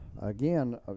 again